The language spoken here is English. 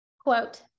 quote